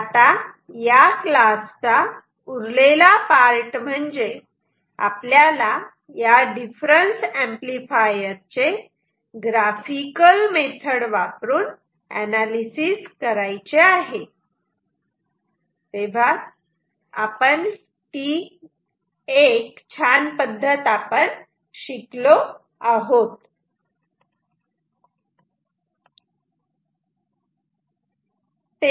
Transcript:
आता या क्लासचा उरलेला पार्ट म्हणजे आपल्याला या डिफरन्स एम्पलीफायर चे ग्राफिकल मेथड वापरून अनालिसिस करायचे आहे ती एक छान पद्धत आपण शिकलो आहोत